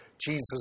Jesus